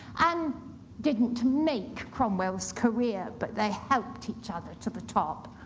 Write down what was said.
anne didn't make cromwell's career, but they helped each other to the top.